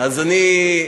נכון.